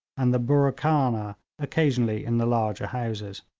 and the burra khana occasionally in the larger houses.